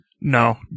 no